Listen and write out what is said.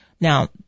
Now